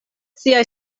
siaj